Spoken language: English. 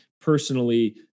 Personally